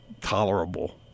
tolerable